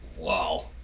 Wow